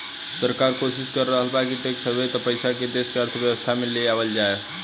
सरकार कोशिस कर रहल बा कि टैक्स हैवेन के पइसा के देश के अर्थव्यवस्था में ले आवल जाव